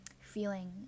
feeling